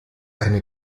eine